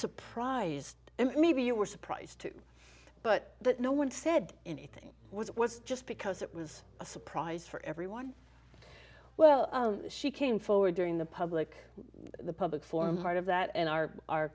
surprised and maybe you were surprised too but that no one said anything was it was just because it was a surprise for everyone well she came forward during the public the public forum part of that and our our